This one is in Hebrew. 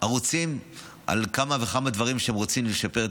ערוצים על כמה וכמה דברים שהם רוצים לשפר.